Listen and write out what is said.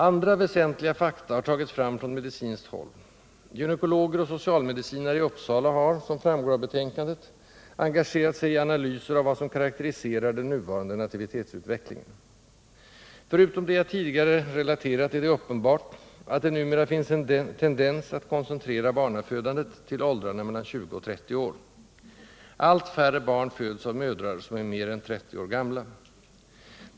Andra väsentliga fakta har tagits fram från medicinskt håll. Gynekologer och socialmedicinare i Uppsala har som framgår av betänkandet — engagerat sig i analyser av vad som karakteriserar den nuvarande nativitetsutvecklingen. Förutom det jag tidigare relaterat är det uppenbart att det numera finns en tendens att koncentrera barnafödandet till åldrarna mellan 20 och 30 år. Allt färre barn föds av mödrar som är mer än 30 år gamla.